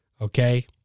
Okay